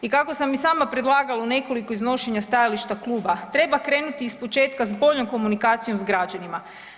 I kako sam i sama predlagala u nekoliko iznošenja stajališta kluba, treba krenuti iz početka s boljom komunikacijom s građanima.